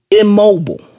Immobile